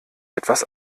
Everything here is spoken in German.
etwas